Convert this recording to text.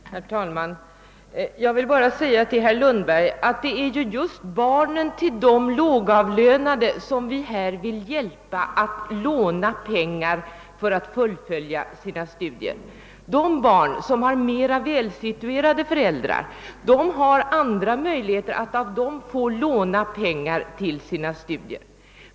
Herr talman! Jag vill bara säga till herr Lundberg att det är just barnen till de lågavlönade som vi vill hjälpa att låna pengar för att fullfölja sina studier — barn till mera välsituerade föräldrar har alla möjligheter att av dem få låna pengar till studierna.